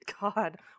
god